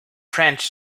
french